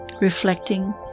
Reflecting